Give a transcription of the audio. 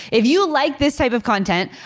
if you like this type of content,